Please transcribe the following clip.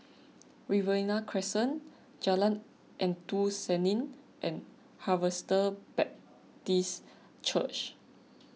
Riverina Crescent Jalan Endut Senin and Harvester Baptist Church